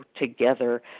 together